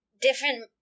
different